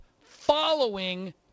following